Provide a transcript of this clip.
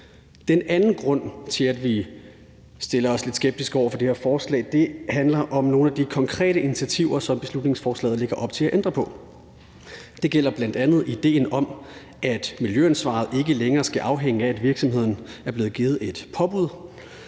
Den anden grund til, at vi stiller os lidt skeptisk over for det her forslag, handler om nogle af de konkrete initiativer, som beslutningsforslaget lægger op til at ændre på. Det gælder bl.a. idéen om, at miljøansvaret ikke længere skal afhænge af, at virksomhederne er blevet givet et påbud.